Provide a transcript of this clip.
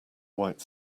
white